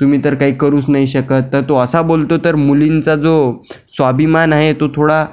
तुम्ही तर काही करूच नाही शकत तर तो असा बोलतो तर मुलींचा जो स्वाभिमान आहे तो थोडा